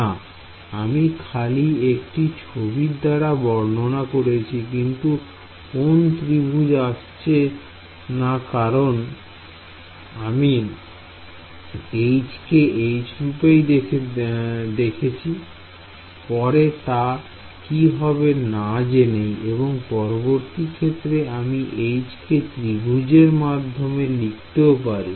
না আমি খালি একটি ছবির দাঁড়া বর্ণনা করেছি কিন্তু কোন ত্রিভুজ আসছে না কারণ আমি H কে H রূপেই দেখেছি পরে তা কি হবে না জেনেই এবং পরবর্তী ক্ষেত্রে আমি H কে ত্রিভুজের মাধ্যমে লিখতেও পারি